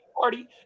party